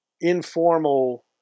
informal